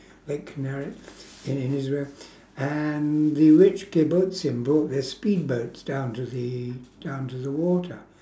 lake kinneret in in israel and the rich kibbutzim brought their speedboats down to the down to the water